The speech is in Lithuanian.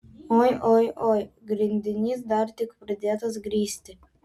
oi oi oi grindinys dar tik pradėtas grįsti